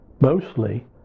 mostly